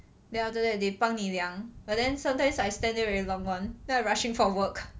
then after that they 帮你量 but then sometimes I stand there very long one then I rushing for work